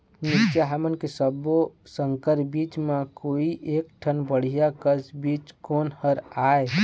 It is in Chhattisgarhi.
मिरचा हमन के सब्बो संकर बीज म कोई एक ठन बढ़िया कस बीज कोन हर होए?